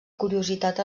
curiositat